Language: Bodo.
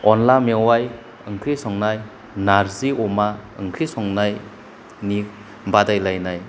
अनला मेवाइ ओंख्रि संनाय नारजि अमा ओंख्रि संनायनि बादायलायनाय